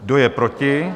Kdo je proti?